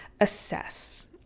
assess